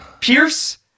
Pierce